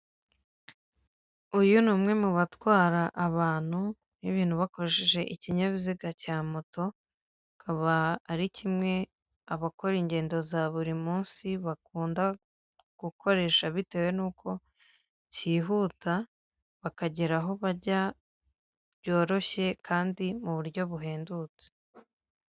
Uyu ni umwe mu batwara abantu n’ ibintu bakoresheje ikinyabiziga cya moto, bakaba ari kimwe abakora ingendo za buri munsi bakunda gukoresha bitewe n'uko cyihuta bakagera aho bajya byoroshye kandi mu buryo buhendutse.